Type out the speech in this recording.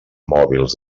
mòbils